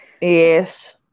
yes